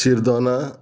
शिर्दोना